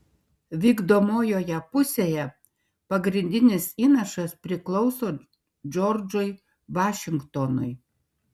vykdomojoje pusėje pagrindinis įnašas priklauso džordžui vašingtonui